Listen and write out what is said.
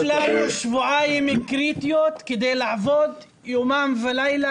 לנו שבועיים קריטיים כדי לעבוד יומם ולילה,